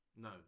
No